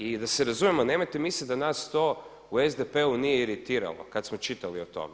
I da se razumijemo nemojte misliti da nas to u SDP-u nije iritiralo kada smo čitali o tome.